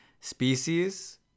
species